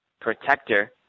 protector